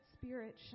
spirit